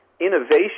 innovation